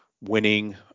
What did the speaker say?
winning